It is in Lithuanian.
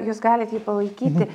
jūs galit jį palaikyti